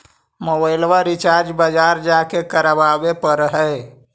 मोबाइलवा रिचार्ज बजार जा के करावे पर है?